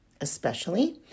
Especially